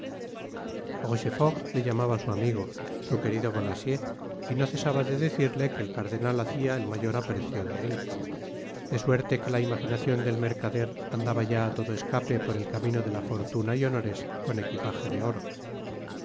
le llamaba su amigo su querido bonacieux y no cesaba de decirte que el cardenal hacia el mayor aprecio de él de suerte que la ünajinacion del mercader andaba ya á todo escape por el camino de la fortuna y honores con equipaje de oro